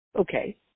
Okay